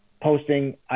posting